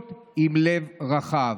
להיות עם לב רחב.